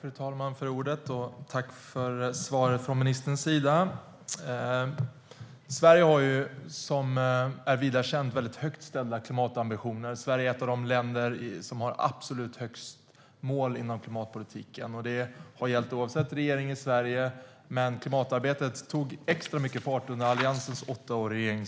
Fru talman! Jag tackar för svaret från ministern. Sverige har, som är vida känt, väldigt högt ställda klimatambitioner. Sverige är ett av de länder som har absolut högst mål inom klimatpolitiken. Det har gällt oavsett regering i Sverige, men klimatarbetet tog extra mycket fart under Alliansens åtta år i